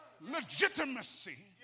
legitimacy